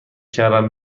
کردن